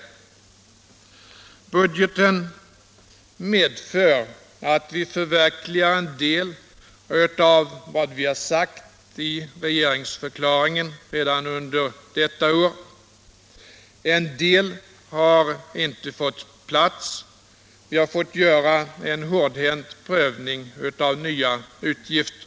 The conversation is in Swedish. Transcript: Budgeten innebär att vi redan under detta år förverkligar en del av vad vi har tagit upp i regeringsförklaringen. En del har inte fått plats. Vi har fått göra en hårdhänt prövning av nya utgifter.